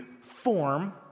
form